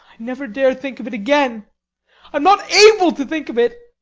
never dare think of it again i'm not able to think of it.